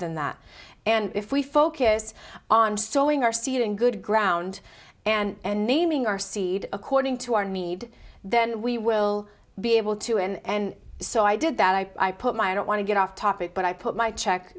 than that and if we focus on sowing our seed in good ground and naming our seed according to our need then we will be able to and so i did that i put my i don't want to get off topic but i put my check